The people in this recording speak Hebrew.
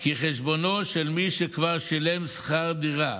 כי חשבונו של מי שכבר שילם שכר דירה